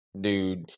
dude